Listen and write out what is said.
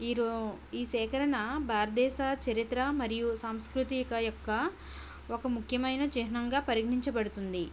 ఈ రో ఈ సేకరణ భారతదేశ చరిత్ర మరియు సంస్కృతి యొక్క ఒక ముఖ్యమైన చిహ్నంగా పరిగణించబడుతుంది